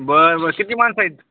बरं बरं किती माणसं आहेत